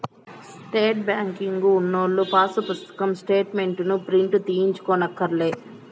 net banking ఉన్నోల్లు పాసు పుస్తకం స్టేటు మెంట్లుని ప్రింటు తీయించుకోనక్కర్లే